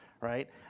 right